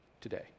today